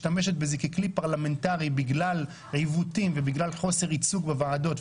משתמשת בזה ככלי פרלמנטרי בגלל עיוותים ובגלל חוסר ייצוג בוועדות,